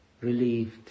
relieved